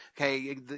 Okay